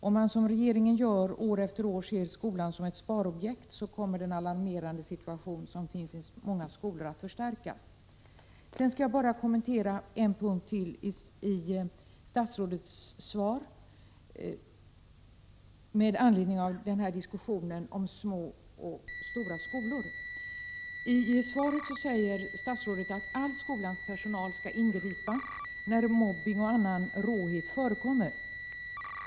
Om man, som regeringen gör, år efter Hon i; år ser skolan som ett sparobjekt kommer den alarmerande situation som man har i många skolor att förstärkas. Jag skall bara kommentera en punkt i statsrådets svar, med anledning av diskussionen om små och stora skolor. I svaret säger statsrådet att all skolans personal skall ingripa när mobbning och annan råhet förekommer.